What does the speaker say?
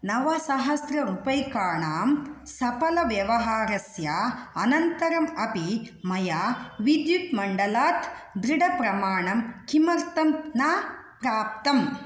नवसहस्ररूप्यकाणां सफलव्यवहारस्य अनन्तरम् अपि मया विद्युत्मण्डलात् दृढप्रमाणं किमर्थं न प्राप्तम्